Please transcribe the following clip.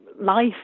life